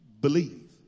believe